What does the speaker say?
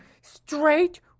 straight